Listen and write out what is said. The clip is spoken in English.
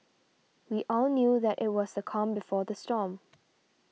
we all knew that it was the calm before the storm